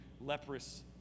leprous